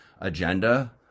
agenda